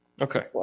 Okay